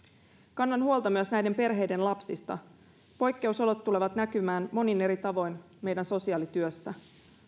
kannan huolta myös näiden perheiden lapsista poikkeusolot tulevat näkymään monin eri tavoin meidän sosiaalityössämme